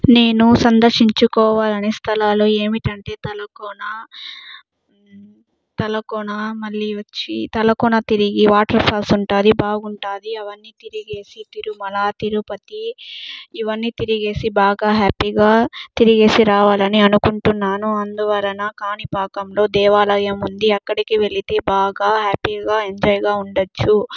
నేను సందర్శించుకోవాలనే స్థలాలు ఏమిటంటే తలకోన తలకోన మల్లి వచ్చి తలకోన తిరిగి వాటర్ ఫాల్స్ ఉంటుంది బాగుంటుంది అవన్నీ తిరిగేసి తిరుమల తిరుపతి ఇవన్నీ తిరిగేసి బాగా హ్యాపీగా తిరిగేసి రావాలని అనుకుంటున్నాను అందువలన కాణిపాకంలో దేవాలయం ఉంది అక్కడికి వెళితే బాగా హ్యాపీగా ఎంజాయ్గా ఉండొచ్చు